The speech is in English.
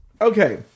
Okay